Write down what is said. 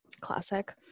Classic